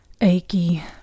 Achy